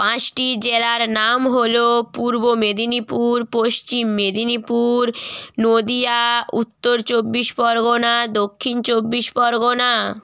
পাঁচটি জেলার নাম হলো পূর্ব মেদিনীপুর পশ্চিম মেদিনীপুর নদীয়া উত্তর চব্বিশ পরগনা দক্ষিণ চব্বিশ পরগনা